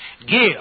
Give